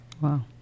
Wow